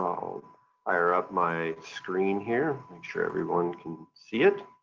i'll fire up my screen here, make sure everyone can see it.